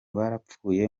barapfuye